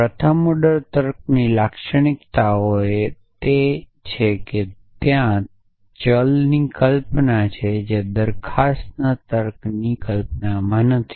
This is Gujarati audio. પ્રથમ ઓર્ડર તર્કની લાક્ષણિકતાઓ એ છે કે ત્યાં ચલની નોશન છે જે પ્રોપોજીશનના તર્કની નોશનમાં નથી